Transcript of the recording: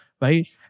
right